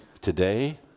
today